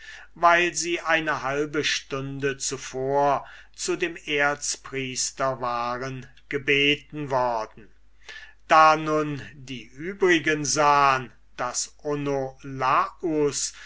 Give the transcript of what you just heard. weil sie eine halbe stunde zuvor zu dem erzpriester waren gebeten worden da nun die übrigen sahen daß onolaus